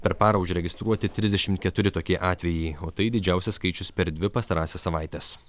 per parą užregistruoti trisdešimt keturi tokie atvejai o tai didžiausias skaičius per dvi pastarąsias savaites